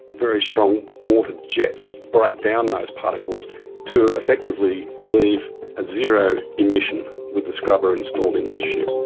very strong water jets break down those particles to effectively leave a zero emission with the scrubber installed into the ship.